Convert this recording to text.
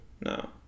No